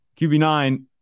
QB9